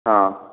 ହଁ